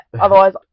otherwise